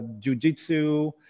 jujitsu